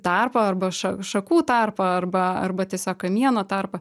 tarpą arba ša šakų tarpą arba arba tiesiog kamieno tarpą